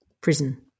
prison